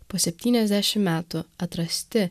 po septyniasdešim metų atrasti